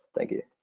thank you.